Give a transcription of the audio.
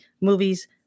movies